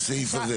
בסעיף הזה.